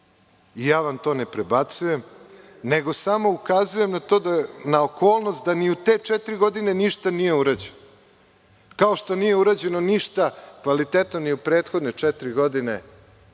i ja vam to ne prebacujem, nego samo ukazujem na okolnost ni da u te četiri godine ništa nije urađeno, kao što nije urađeno ništa kvalitetno ni u prethodne četiri godine